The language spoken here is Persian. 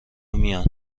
میان